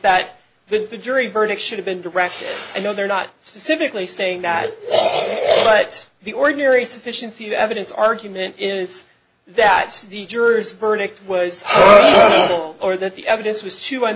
that the jury verdict should have been directed i know they're not specifically saying that but the ordinary sufficiency of evidence argument is that the jurors verdict was or that the evidence